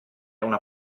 una